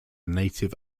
native